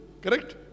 Correct